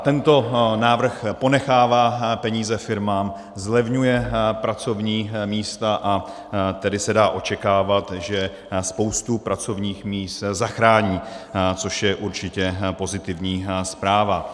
Tento návrh ponechává peníze firmám, zlevňuje pracovní místa, a tedy se dá očekávat, že spoustu pracovních míst zachrání, což je určitě pozitivní zpráva.